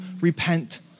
repent